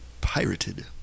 pirated